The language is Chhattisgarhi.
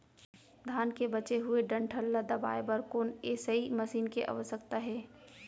धान के बचे हुए डंठल ल दबाये बर कोन एसई मशीन के आवश्यकता हे?